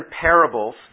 parables